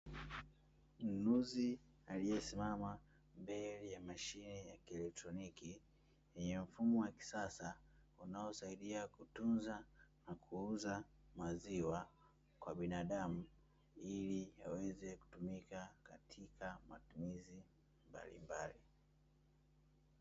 Mnunuzi aliyesimama mbele ya mashine ya kielektroniki yenye mfumo wa kisasa unaosaidia kutunza na kuuza maziwa kwa binadamu, ili yaweze kutumika katika matumizi mbalimbali.